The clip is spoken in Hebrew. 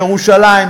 ירושלים,